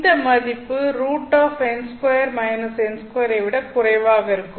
இந்த மதிப்பு √n 2 - n 2 ஐ விட குறைவாக இருக்கும்